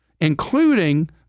including